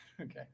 okay